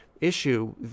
issue